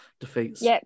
Defeats